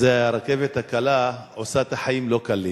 שזו הרכבת הקלה, עושה את החיים לא קלים,